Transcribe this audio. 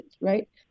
right